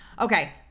Okay